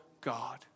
God